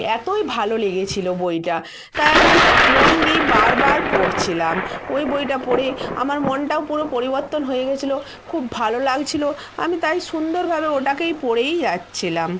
এতোই ভালো লেগেছিলো বইটা তাই আমি মন দিয়েই বারবার পড়ছিলাম ওই বইটা পড়ে আমার মনটাও পুরো পরিবর্তন হয়ে গেছলো খুব ভালো লাগছিলো আমি তাই সুন্দরভাবে ওটাকেই পড়েই যাচ্ছিলাম